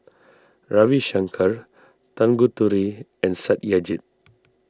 Ravi Shankar Tanguturi and Satyajit